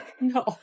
no